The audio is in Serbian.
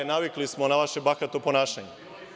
Navikli smo na vaše bahato ponašanje.